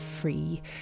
free